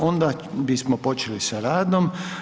Onda bismo počeli sa radom.